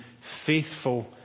faithful